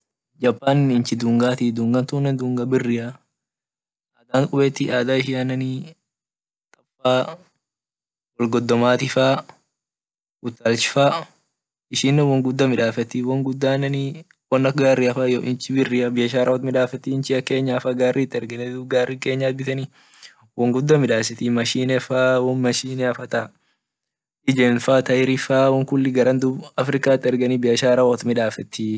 Japan inchi dungati dunga biri armkubeti ada ishiane wol dogomati utalchfaa ishine womguda midafeti wonguda won ak gariafaa iyo nchi biri ira biashara wot midafet inchi ak kenyafa gari it ergite dub kenyat biteni wonguda midasit mashine faa won mashineafaa ta ijemfaa tairifaa wonkuli africa ergen biashara wot midafet.